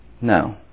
No